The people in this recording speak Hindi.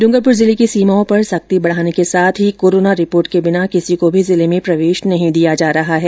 डूंगरपुर जिले की सीमाओं पर सख्ती बढ़ाने के साथ ही कोरोना रिपोर्ट के बिना किसी को भी जिले में प्रवेश नहीं दिया जा रहा है